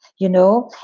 you know,